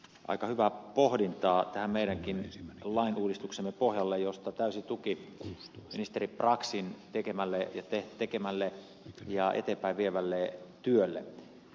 aika hyvää pohdintaa tämän meidänkin lainuudistuksemme pohjalle josta täysi tuki ministeri braxin tekemälle ja eteenpäin vievälle työlle